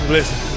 Listen